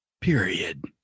period